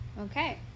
Okay